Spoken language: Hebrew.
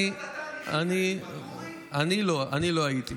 אני לא הייתי.